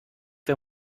wir